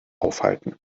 aufhalten